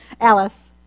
Alice